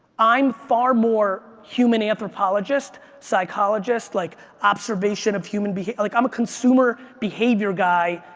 i'm far more human anthropologist, psychologist, like observation of human behavior, like i'm a consumer behavior guy